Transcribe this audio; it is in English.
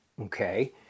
Okay